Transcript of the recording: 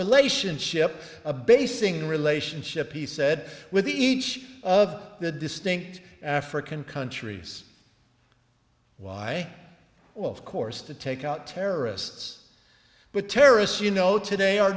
relationship a basing relationship he said with each of the distinct african countries why of course to take out terrorists but terrorists you know today are